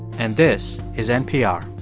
and this is npr